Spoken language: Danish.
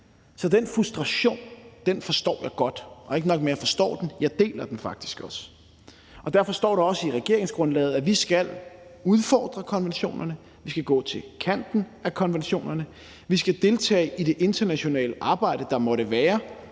Så den frustration forstår jeg godt. Ikke nok med, at jeg forstår den; jeg deler den faktisk også. Derfor står der også i regeringsgrundlaget, at vi skal udfordre konventionerne, vi skal gå til kanten af konventionerne og vi skal deltage i det internationale arbejde, der måtte være,